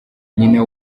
nyina